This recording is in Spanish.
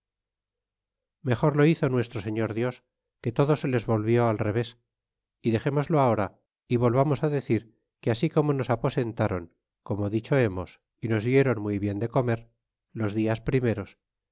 mejor lo hizo nuestro señor dios que todo se les volvió al revés é dexémoslo ahora é volvamos ú decir que así como nos aposentáron como dicho hemos é nos dieron muy bien de comer los dias primeros